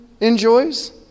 enjoys